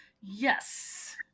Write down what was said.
yes